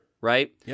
right